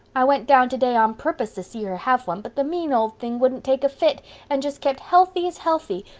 i went down today on purpose to see her have one but the mean old thing wouldn't take a fit and just kept healthy as healthy,